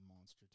monster